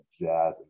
jazz